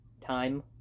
time